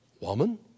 Woman